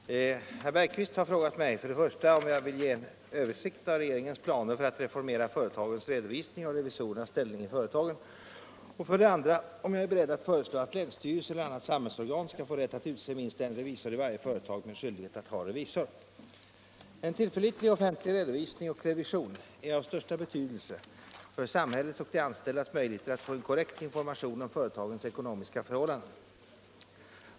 Fru talman! Herr Bergqvist har frågat mig, för det första, om jag vill ge en översikt av regeringens planer för att reformera företagens redovisning och revisorernas ställning i företagen, och för det andra, om jag är beredd att föreslå att länsstyrelse eller annat samhällsorgan skall få rätt att utse minst en revisor i varje företag med skyldighet att ha revisor. En tillförlitlig offentlig redovisning och revision är av största betydelse för samhällets och de anställdas möjligheter att få en korrekt information om företagens ekonomiska förhållanden.